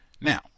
now